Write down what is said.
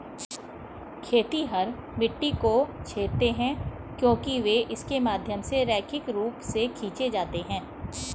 खेतिहर मिट्टी को छेदते हैं क्योंकि वे इसके माध्यम से रैखिक रूप से खींचे जाते हैं